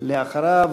אחריו,